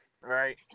Right